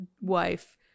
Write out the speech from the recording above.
wife